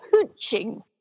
hooching